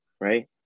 right